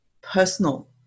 personal